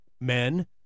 Men